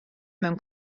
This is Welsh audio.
mewn